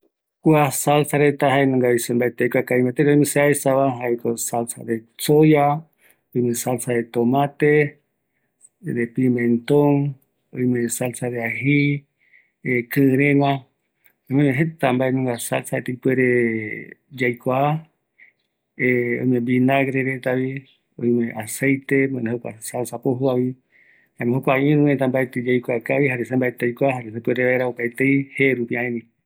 Salsa reta aikuague jae; Salsa de soya, salsa tomate, salsa de aji, mbaetɨ aikua mbate oimeyeko Irureta